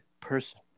person